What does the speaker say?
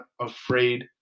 afraid